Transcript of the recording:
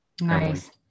Nice